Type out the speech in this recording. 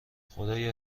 خدایا